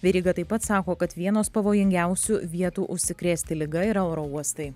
veryga taip pat sako kad vienos pavojingiausių vietų užsikrėsti liga yra oro uostai